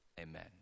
amen